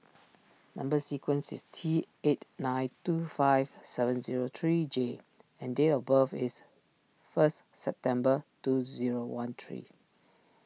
Number Sequence is T eight nine two five seven zero three J and date of birth is first September two zero one three